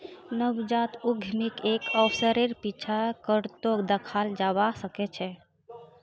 नवजात उद्यमीक एक अवसरेर पीछा करतोत दखाल जबा सके छै